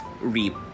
reap